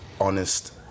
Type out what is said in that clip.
honest